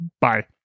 Bye